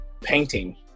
painting